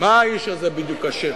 מה האיש הזה בדיוק אשם?